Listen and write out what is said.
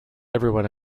everyone